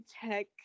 tech